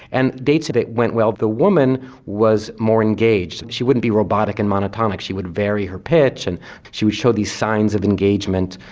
and they'd say it it went well the woman was more engaged, she wouldn't be robotic and monotonic she would vary her pitch and she would show these signs of engaging.